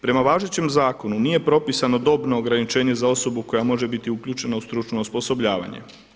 Prema važećem zakonu nije propisano dobno ograničenje za osobu koja može biti uključena u stručno osposobljavanje.